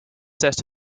set